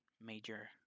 major